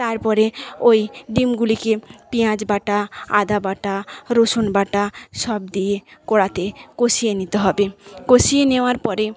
তারপরে ওই ডিমগুলিকে পেঁয়াজবাটা আদাবাটা রসুনবাটা সব দিয়ে কড়াতে কষিয়ে নিতে হবে কষিয়ে নেওয়ার পরে